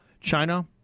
China